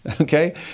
okay